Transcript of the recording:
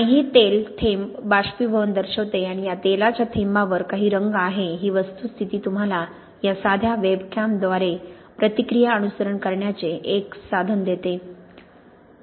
आणि हे तेल थेंब बाष्पीभवन दर्शविते आणि या तेलाच्या थेंबावर काही रंग आहे ही वस्तुस्थिती तुम्हाला या साध्या वेबकॅमद्वारे प्रतिक्रिया अनुसरण करण्याचे एक साधन देते